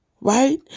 right